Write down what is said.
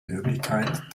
möglichkeit